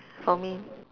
for me